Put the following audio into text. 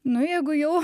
nu jeigu jau